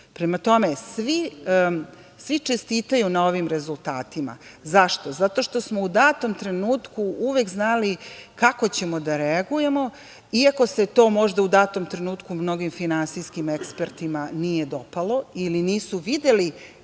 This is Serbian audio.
putu. Prema tome, svi čestitaju na ovim rezultatima. Zašto? Zato što smo u datom trenutku uvek znali kako ćemo da reagujemo, iako se to možda u datom trenutku mnogim finansijskim ekspertima nije dopalo ili nisu videli